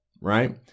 right